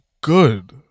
Good